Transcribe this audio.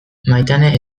maitane